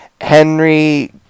Henry